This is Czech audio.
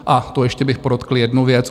A to ještě bych podotkl jednu věc:.